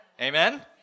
Amen